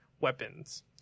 weapons